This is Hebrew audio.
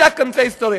משק כנפי ההיסטוריה.